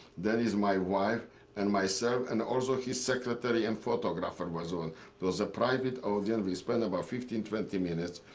there is my wife and myself, and also his secretary and photographer. it ah and but was a private audience. we spent about fifteen, twenty minutes.